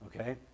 Okay